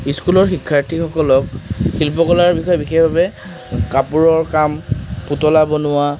স্কুলৰ শিক্ষাৰ্থীসকলক শিল্পকলাৰ বিষয়ে বিশেষভাৱে কাপোৰৰ কাম পুতলা বনোৱা